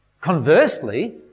Conversely